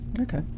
okay